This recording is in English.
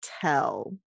tell